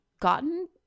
gotten